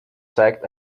zeigt